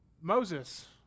Moses